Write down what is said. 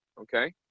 Okay